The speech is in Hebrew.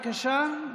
בבקשה.